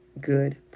good